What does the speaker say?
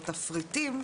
או תפריטים,